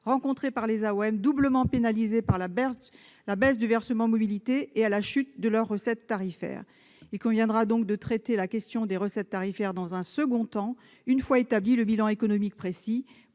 rencontrées par les AOM doublement pénalisées par la baisse du versement mobilité et la chute de leurs recettes tarifaires. Il conviendra de traiter la question des recettes tarifaires dans un second temps, une fois établi le bilan économique précis,